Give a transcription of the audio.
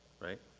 Right